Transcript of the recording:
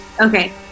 Okay